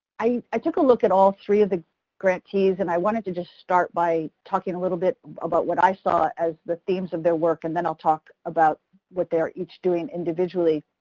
i i took a look at all three of the grantees and i wanted to just start by talking a little bit about what i saw as the themes of their work and then i'll talk about what they're each doing individually.